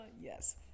Yes